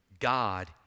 God